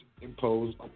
Imposed